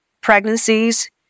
pregnancies